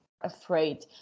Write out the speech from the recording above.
afraid